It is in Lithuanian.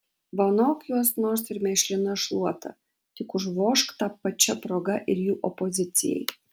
vanok juos nors ir mėšlina šluota tik užvožk ta pačia proga ir jų opozicijai